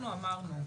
אנחנו אמרנו,